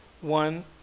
one